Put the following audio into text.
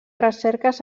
recerques